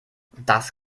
das